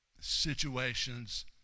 situations